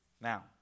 Now